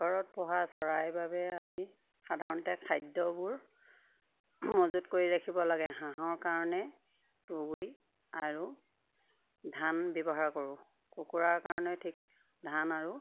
ঘৰত পোহা চৰাইৰ বাবে আমি সাধাৰণতে খাদ্যবোৰ মজুত কৰি ৰাখিব লাগে হাঁহৰ কাৰণে তুঁহগুড়ি আৰু ধান ব্যৱহাৰ কৰোঁ কুকুৰাৰ কাৰণে ঠিক ধান আৰু